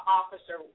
officer